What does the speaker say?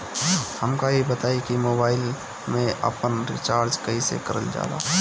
हमका ई बताई कि मोबाईल में आपन रिचार्ज कईसे करल जाला?